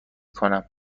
کنم